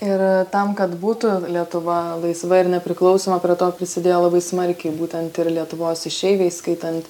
ir tam kad būtų lietuva laisva ir nepriklausoma prie to prisidėjo labai smarkiai būtent ir lietuvos išeiviai įskaitant